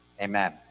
Amen